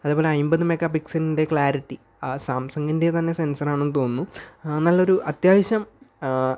അതേപോലെ അമ്പത് മെഗാ പിക്സലിൻ്റെ ക്ലാരിറ്റി ആ സാംസങ്ങിൻ്റെ തന്നെ സെൻസറാണെന്ന് തോന്നുന്നു നല്ല ഒരു അത്യാവശ്യം